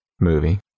movie